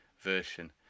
version